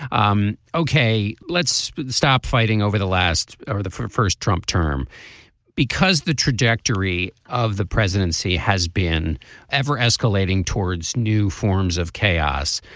um okay let's stop fighting over the last over the first trump term because the trajectory of the presidency has been ever escalating towards new forms of chaos.